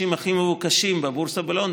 פילוסופיה כמקצוע ראשי,